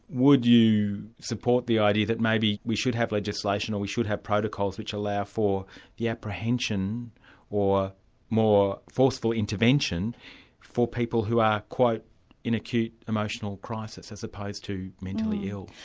would you support the idea that maybe we should have legislation, or we should have protocols which allow for the apprehension or more forceful intervention for people who are in acute emotional crisis as opposed to mentally ill.